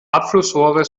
abflussrohre